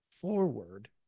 forward